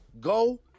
Go